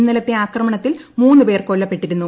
ഇന്നലത്തെ ആക്രമണത്തിൽ മൂന്നുപേർ കൊല്ലപ്പെട്ടിരുന്നു